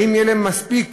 האם יהיו להם מספיק